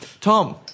Tom